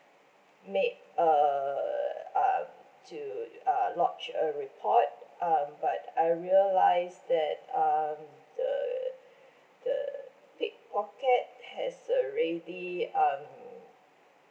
make err um to uh lodge a report um but I realised that um the the pickpocket has already um